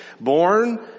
born